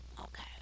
okay